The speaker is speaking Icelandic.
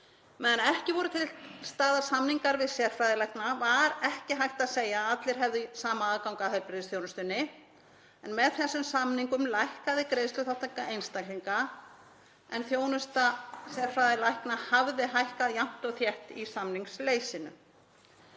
Meðan ekki voru til staðar samningar við sérfræðilækna var ekki hægt að segja að allir hefðu sama aðgang að heilbrigðisþjónustunni en með þessum samningum lækkaði greiðsluþátttaka einstaklinga en þjónusta sérfræðilækna hafði hækkað jafnt og þétt í samningsleysinu.